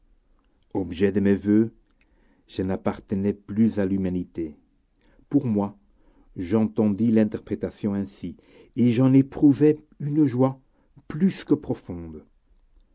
objet de mes voeux je n'appartenais plus à l'humanité pour moi j'entendis l'interprétation ainsi et j'en éprouvai une joie plus que profonde